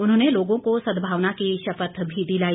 उन्होंने लोगों को सद्भावना की शपथ भी दिलाई